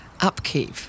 Upkeep